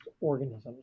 organisms